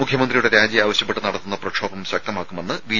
മുഖ്യമന്ത്രിയുടെ രാജി ആവശ്യപ്പെട്ട് നടത്തുന്ന പ്രക്ഷോഭം ശക്തമാക്കുമെന്ന് ബി